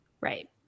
Right